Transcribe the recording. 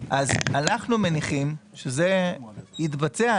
אנחנו מניחים שזה יתבצע,